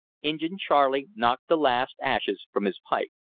injin charley knocked the last ashes from his pipe.